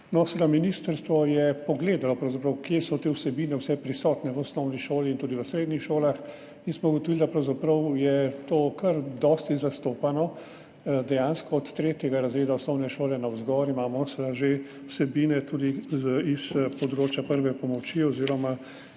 take. Ministrstvo je pogledalo, kje so pravzaprav te vsebine prisotne v osnovni šoli in tudi v srednjih šolah in smo ugotovili, da je to kar dosti zastopano, dejansko od tretjega razreda osnovne šole navzgor imamo že vsebine tudi s področja prve pomoči oziroma